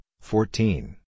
fourteen